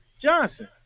Johnson